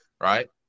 right